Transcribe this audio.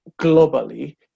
globally